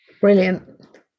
Brilliant